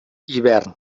hivern